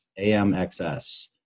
AMXS